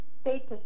state